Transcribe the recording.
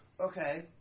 Okay